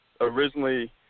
originally